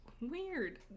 Weird